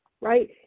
right